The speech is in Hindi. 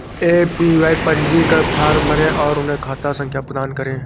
ए.पी.वाई पंजीकरण फॉर्म भरें और उन्हें खाता संख्या प्रदान करें